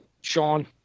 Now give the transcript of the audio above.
Sean